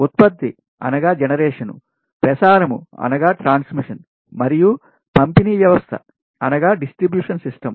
ఉత్పత్తి జనరేషన్ ప్ర సారము ట్రాన్స్ మిషన్ మరియు పంపిణీ వ్యవస్థ డిస్ట్రిబ్యూషన్ సిస్టం